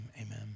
amen